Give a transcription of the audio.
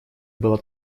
было